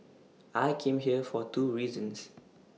I came here for two reasons